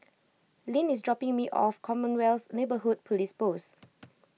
Lynn is dropping me off Commonwealth Neighbourhood Police Post